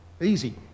easy